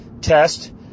test